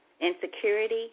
Insecurity